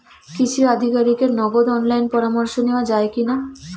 কৃষি আধিকারিকের নগদ অনলাইন পরামর্শ নেওয়া যায় কি না?